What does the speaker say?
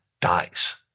dies